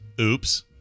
Oops